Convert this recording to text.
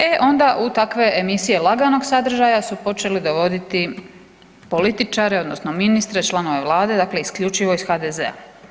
E onda u takve emisije laganog sadržaja su počeli dovoditi političare odnosno ministre i članove vlade dakle isključivo iz HDZ-a.